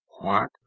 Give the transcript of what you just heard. What